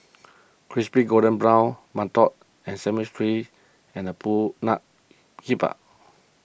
Crispy Golden Brown Mantou Sesame Balls and Pulut Hitam